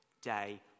day